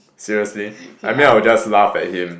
seriously I mean I would just laugh at him